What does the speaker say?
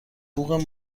بوق